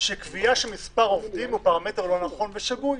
שקביעה של מספר עובדים זה פרמטר לא נכון ושגוי.